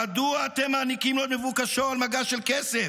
מדוע אתם מעניקים לו את מבוקשו על מגש של כסף?